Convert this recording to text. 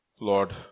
Lord